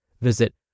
Visit